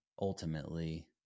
ultimately